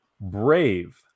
Brave